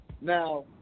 Now